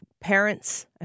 parents